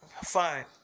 Fine